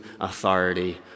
authority